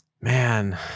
man